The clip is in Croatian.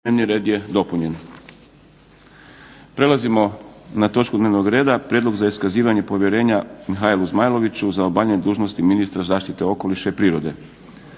Boris (SDP)** Prelazimo na točku dnevnog reda - Prijedlog za iskazivanje povjerenja Mihaelu Zmajloviću za obavljanje dužnosti ministra zaštite okoliša i prirode